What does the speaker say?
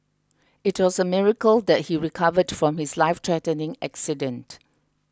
it was a miracle that he recovered from his lifethreatening accident